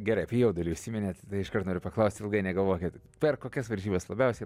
gerai apie jaudulį užsiminėt iškart noriu paklausti ilgai negalvokite per kokias varžybas labiausiai